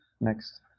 next